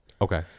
Okay